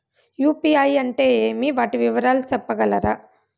UPI అంటే ఏమి? వాటి వివరాలు సెప్పగలరా?